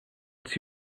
its